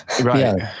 Right